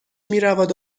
میرود